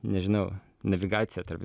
nežinau navigaciją tarp